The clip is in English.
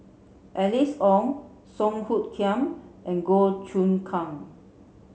Alice Ong Song Hoot Kiam and Goh Choon Kang